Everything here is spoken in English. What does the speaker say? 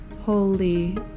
holy